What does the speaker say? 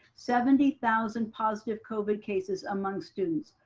seventy thousand positive covid cases among students,